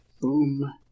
Boom